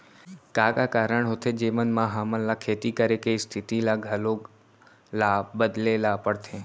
का का कारण होथे जेमन मा हमन ला खेती करे के स्तिथि ला घलो ला बदले ला पड़थे?